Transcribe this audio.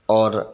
और